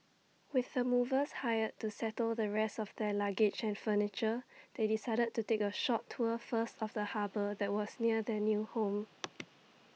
with the movers hired to settle the rest of their luggage and furniture they decided to take A short tour first of the harbour that was near their new home